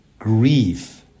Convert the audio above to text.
Grieve